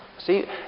See